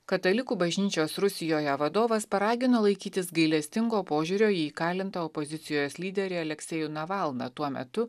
katalikų bažnyčios rusijoje vadovas paragino laikytis gailestingo požiūrio į įkalintą opozicijos lyderį aleksejų navalną tuo metu